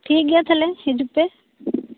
ᱴᱷᱤᱠ ᱜᱮᱭᱟ ᱛᱟᱦᱞᱮ ᱦᱤᱡᱩᱜ ᱯᱮ